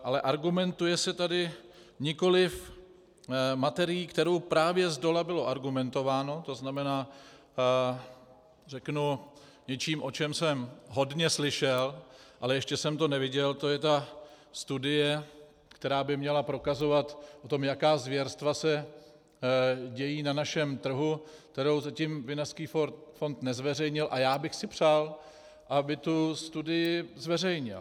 Ale argumentuje se tady nikoliv materií, kterou právě zdola bylo argumentováno, tzn. něčím, o čem jsem hodně slyšel, ale ještě jsem to neviděl, to je ta studie, která by měla prokazovat, jaká zvěrstva se dějí na našem trhu, kterou zatím Vinařský fond nezveřejnil, a já bych si přál, aby tu studii zveřejnil.